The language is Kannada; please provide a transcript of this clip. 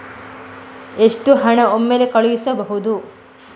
ಎಷ್ಟು ಹಣ ಒಮ್ಮೆಲೇ ಕಳುಹಿಸಬಹುದು?